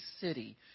city